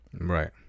Right